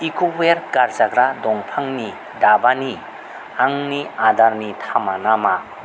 इक'वेयार गारजाग्रा दंफांनि दाबानि आंनि अर्डारनि थामाना मा